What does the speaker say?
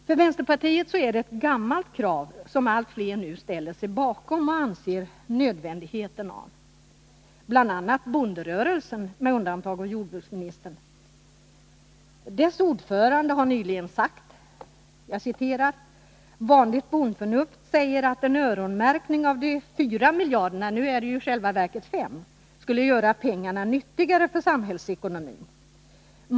För vpk är det ett gammalt kra v. som allt fler nu ställer sig bakom och inser nödvändigheten av. BI. a. gäller detta bonderörelsen med undantag av jordbruksministern. Ordföranden för LRF har nyligen sagt: ”Vanligt bondförnuft säger att en öronmärkning av de fyra miljarderna” — det är nu i sj älva verket fem — ”skulle göra pengarna nyttigare för samhällsekonomin.